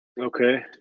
Okay